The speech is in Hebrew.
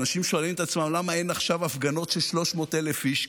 אנשים שואלים את עצמם למה אין עכשיו הפגנות עם 300,000 איש,